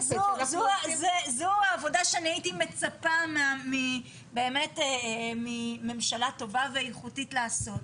זו העבודה שאני הייתי מצפה באמת מממשלה טובה ואיכותית לעשות.